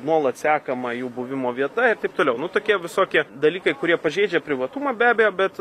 nuolat sekama jų buvimo vieta ir taip toliau nu tokie visokie dalykai kurie pažeidžia privatumą be abejo bet